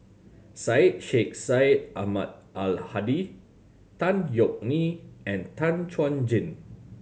Syed Sheikh Syed Ahmad Al Hadi Tan Yeok Nee and Tan Chuan Jin